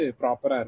proper